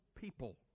people